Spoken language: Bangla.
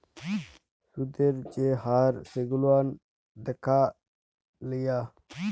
সুদের যে হার সেগুলান দ্যাখে লিয়া